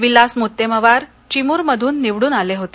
विलास मृत्तेमवार चिमूर मधून निवडून आले होते